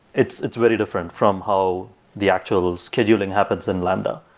it's it's very different from how the actual scheduling happens in lambda.